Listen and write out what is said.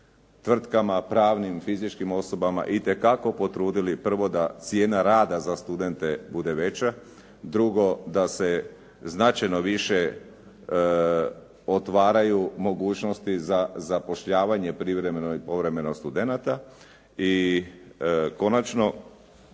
tvrtkama, pravnim i fizičkim osobama itekako potrudili prvo da cijena rada za studente bude veća, drugo da se značajno više otvaraju mogućnosti za zapošljavanje privremeno i povremeno studenata i konačno,